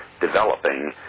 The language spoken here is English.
developing